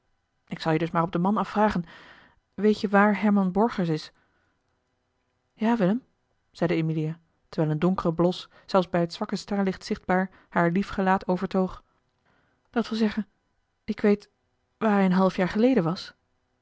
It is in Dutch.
ik zal je dus maar op den man af vragen weet je waar herman borgers is ja willem zeide emilia terwijl eene donkere blos zelfs bij het zwakke sterrenlicht zichtbaar haar lief gelaat overtoog dat wil zeggen ik weet waar hij een half jaar geleden was